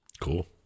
Cool